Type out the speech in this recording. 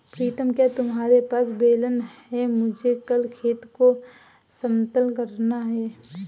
प्रीतम क्या तुम्हारे पास बेलन है मुझे कल खेत को समतल करना है?